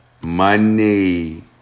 Money